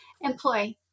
employ